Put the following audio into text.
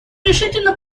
решительно